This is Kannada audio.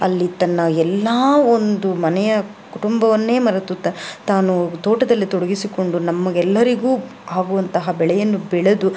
ಅಲ್ಲಿ ತನ್ನ ಎಲ್ಲಾ ಒಂದು ಮನೆಯ ಕುಟುಂಬವನ್ನೇ ಮರೆತು ತಾನು ತೋಟದಲ್ಲಿ ತೊಡಗಿಸಿಕೊಂಡು ನಮಗೆಲ್ಲರಿಗು ಆಗುವಂತಹ ಬೆಳೆಯನ್ನು ಬೆಳೆದು